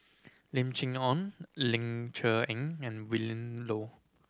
Lim Chee Onn Ling Cher Eng and Willin Low